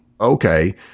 okay